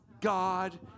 God